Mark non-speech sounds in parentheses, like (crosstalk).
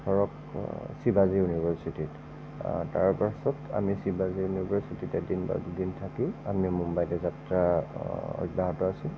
(unintelligible) শিৱাজী ইউনিভাৰচিটিত তাৰ পিছত আমি শিৱাজী ইউনিভাৰচিটিত এদিন বা দুদিন থাকি আমি মুম্বাইলৈ যাত্ৰা অব্যাহত আছিল